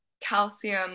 calcium